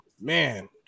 Man